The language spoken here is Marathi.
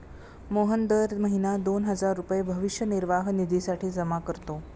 मोहन दर महीना दोन हजार रुपये भविष्य निर्वाह निधीसाठी जमा करतो